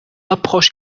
approche